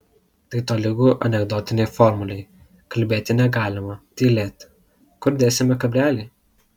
tai tolygu anekdotinei formulei kalbėti negalima tylėti kur dėsime kablelį